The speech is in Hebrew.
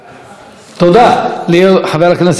תודה לחבר הכנסת יוסי יונה.